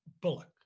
Bullock